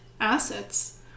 assets